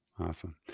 Awesome